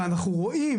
ואנחנו רואים,